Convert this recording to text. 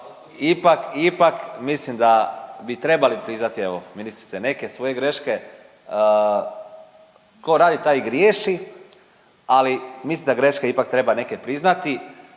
ipak mislim da bi trebali priznati evo ministrice neke svoje greške. Tko radi taj i griješi, ali mislim da greške ipak treba neke priznati